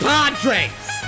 Padres